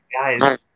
guys